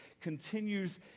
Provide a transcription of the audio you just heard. continues